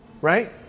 Right